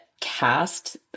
cast